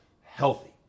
healthy